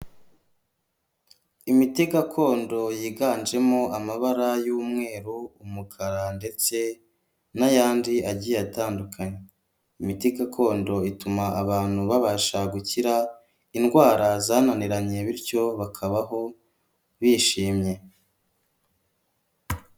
Imiti gakondo yiganjemo amabara y'umweru, umukara ndetse n'ayandi agiye atandukanye, imiti gakondo ituma abantu babasha gukira indwara zananiranye bityo bakabaho bishimye.